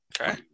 Okay